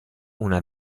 una